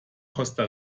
costa